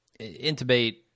intubate